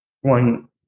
One